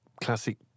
classic